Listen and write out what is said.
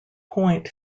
point